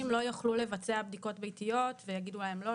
לא יוכלו לבצע בדיקות ביתיות ויגידו להם: לא,